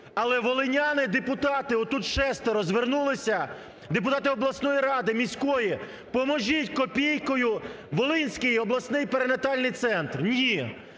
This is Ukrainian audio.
Але волиняни депутати, отут шестеро звернулося, депутати обласної ради, міської: поможіть копійкою, Волинський обласний перинатальний центр –